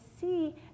see